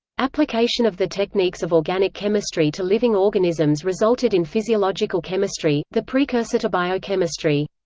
application of the techniques of organic chemistry to living organisms resulted in physiological chemistry, the precursor to biochemistry.